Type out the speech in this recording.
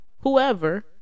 whoever